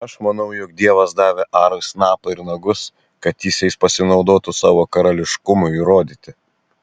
aš manau jog dievas davė arui snapą ir nagus kad jis jais pasinaudotų savo karališkumui įrodyti